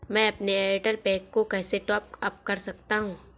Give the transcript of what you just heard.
मैं अपने एयरटेल पैक को कैसे टॉप अप कर सकता हूँ?